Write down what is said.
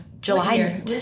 July